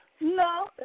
No